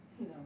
No